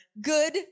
Good